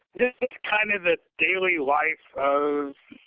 business time is a daily life of